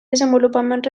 desenvolupament